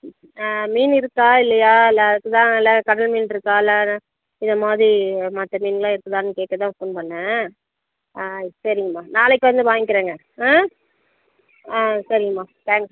ஆ மீன் இருக்கா இல்லையா இல்லை அதுக்குதான் இல்லை கடல் மீன் இருக்கா இல்லை இது மாதிரி மற்ற மீனெலாம் இருக்குதான்னு கேட்கத் தான் ஃபோன் பண்ண ஆ சரிங்கம்மா நாளைக்கு வந்து வாங்கிக்கிறேங்க ஆ ஆ சரிங்கம்மா தேங்க்ஸ்